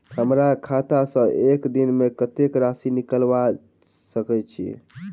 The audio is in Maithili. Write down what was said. हमरा खाता सऽ एक दिन मे कतेक राशि निकाइल सकै छी